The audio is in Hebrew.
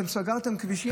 אתם סגרתם כבישים.